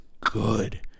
good